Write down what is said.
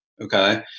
Okay